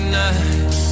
night